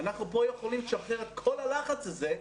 אנחנו פה יכולים לשפר את כל הלחץ הזה,